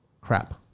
crap